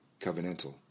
covenantal